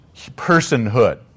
personhood